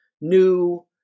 new